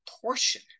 portion